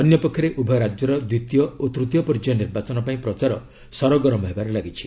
ଅନ୍ୟ ପକ୍ଷରେ ଉଭୟ ରାଜ୍ୟର ଦ୍ୱିତୀୟ ଓ ତୂତୀୟ ପର୍ଯ୍ୟାୟ ନିର୍ବାଚନ ପାଇଁ ପ୍ରଚାର ସରଗରମ ହେବାରେ ଲାଗିଛି